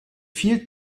viel